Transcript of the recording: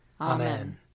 Amen